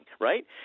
right